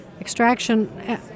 extraction